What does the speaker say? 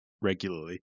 regularly